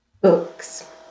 books